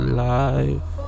life